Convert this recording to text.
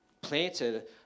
planted